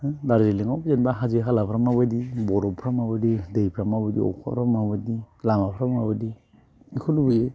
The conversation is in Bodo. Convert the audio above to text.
डारजिलिंआव जेनेबा हाजो हालाफोरा माबायदि बर'फफोरा माबायदि दैफोरा माबायदि अखाफोरा माबायदि लामाफोरा माबायदि बेखौ लुबैयो